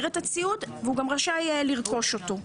את הציוד והוא גם רשאי לרכוש אותו.